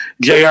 Jr